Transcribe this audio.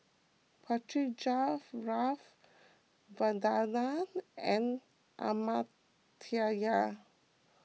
Pritiviraj Vandana and Amartya